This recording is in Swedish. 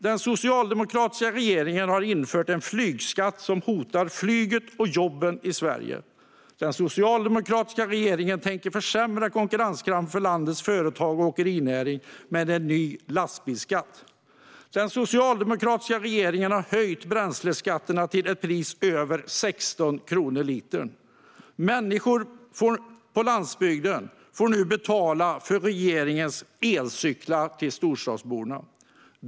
Den socialdemokratiska regeringen har infört en flygskatt som hotar flyget och jobben i Sverige. Den socialdemokratiska regeringen tänker försämra konkurrenskraften för landets företag och åkerinäring med en ny lastbilsskatt. Den socialdemokratiska regeringen har höjt bränsleskatterna så att priset nu är över 16 kronor litern. Människor på landsbygden får betala för regeringens elcyklar till storstadsborna.